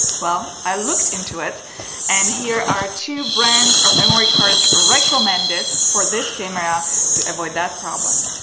well, i looked into it and here are two brands of memory cards recommended for this camera to avoid that problem.